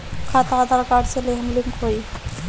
खाता आधार कार्ड से लेहम लिंक होई?